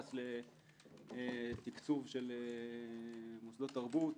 ביחס לתקצוב של מוסדות תרבות.